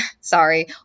sorry